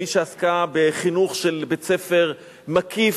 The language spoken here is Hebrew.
מי שעסקה בחינוך של בית-ספר מקיף,